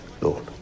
Lord